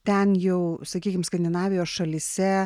ten jau sakykim skandinavijos šalyse